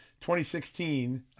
2016